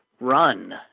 run